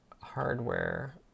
hardware